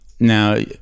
Now